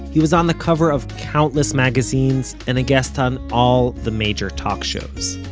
he was on the cover of countless magazines and a guest on all the major talk shows